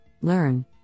learn